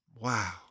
Wow